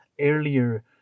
Earlier